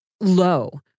low